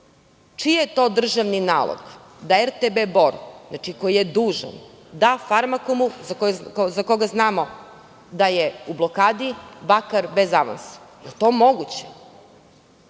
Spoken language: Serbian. Čiji je to državni nalog, da RTB Bor, znači, koji je dužan, da "Farmakomu", za koga znamo da je u blokadi, bakar bez avansa? Da li je